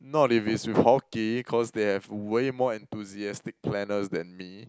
not if it's with hockey cause they have way more enthusiastic planners than me